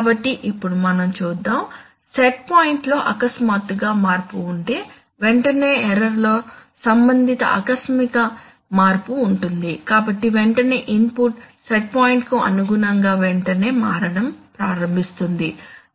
కాబట్టి ఇప్పుడు మనం చూద్దాం సెట్ పాయింట్లో అకస్మాత్తుగా మార్పు ఉంటే వెంటనే ఎర్రర్ లో సంబంధిత ఆకస్మిక మార్పు ఉంటుంది కాబట్టి వెంటనే ఇన్పుట్ సెట్ పాయింట్కు అనుగుణంగా వెంటనే మారడం ప్రారంభిస్తుంది